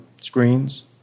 screens